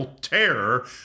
Terror